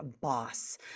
boss